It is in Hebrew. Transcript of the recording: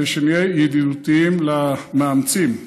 כדי שנהיה ידידותיים למאמצים.